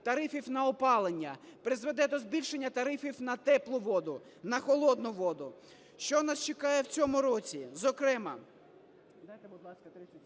тарифів на опалення, призведе до збільшення тарифів на теплу воду, на холодну воду. Що нас чекає в цьому році? Зокрема… ГОЛОВУЮЧИЙ. Будь ласка, 30 секунд